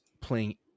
playing